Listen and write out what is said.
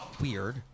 weird